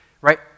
right